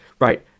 right